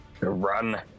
run